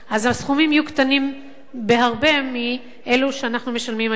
אז הסכומים יהיו קטנים בהרבה מאלו שאנחנו משלמים היום.